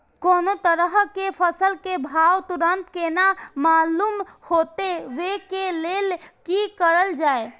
कोनो तरह के फसल के भाव तुरंत केना मालूम होते, वे के लेल की करल जाय?